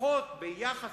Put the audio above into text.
שצורכות ביחס